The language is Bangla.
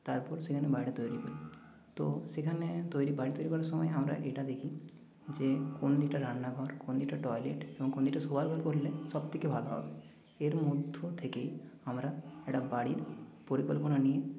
তারপর সেখানে বাড়িটা তৈরি করি তো সেখানে তৈরি বাড়ি তৈরি করার সময় আমরা এটা দেখি যে কোন দিকটা রান্না ঘর কোন দিকটা টয়লেট এবং কোন দিকটা শোয়ার ঘর করলে সব থেকে ভালো হবে এর মধ্য থেকেই আমরা একটা বাড়ির পরিকল্পনা নিয়ে